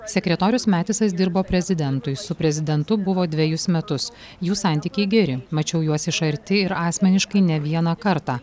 sekretorius metisas dirbo prezidentui su prezidentu buvo dvejus metus jų santykiai geri mačiau juos iš arti ir asmeniškai ne vieną kartą